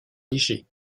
légers